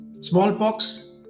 smallpox